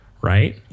right